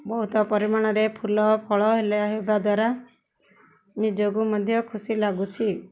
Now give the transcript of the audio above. ବହୁତ ପରିମାଣରେ ଫୁଲ ଫଳ ହେଲେ ହେବା ଦ୍ୱାରା ନିଜକୁ ମଧ୍ୟ ଖୁସି ଲାଗୁଛି